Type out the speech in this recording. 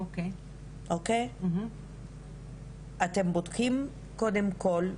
אתם בודקים קודם כל,